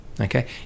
Okay